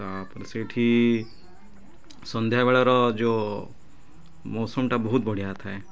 ତାପରେ ସେଇଠି ସନ୍ଧ୍ୟାବେଳର ଯେଉଁ ମୌସମଟା ବହୁତ ବଢ଼ିଆ ଥାଏ